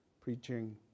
preaching